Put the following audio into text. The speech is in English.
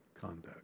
conduct